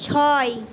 ছয়